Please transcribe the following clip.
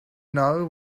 know